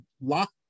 lock